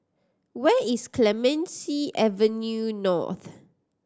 where is Clemenceau Avenue North